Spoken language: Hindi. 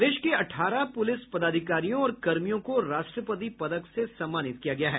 प्रदेश के अठारह पुलिस पदाधिकारियों और कर्मियों को राष्ट्रपति पदक से सम्मानित किया गया है